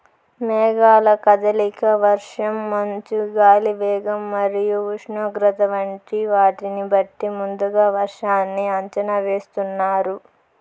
మేఘాల కదలిక, వర్షం, మంచు, గాలి వేగం మరియు ఉష్ణోగ్రత వంటి వాటిని బట్టి ముందుగా వర్షాన్ని అంచనా వేస్తున్నారు